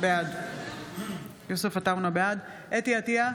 בעד חוה אתי עטייה,